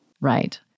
Right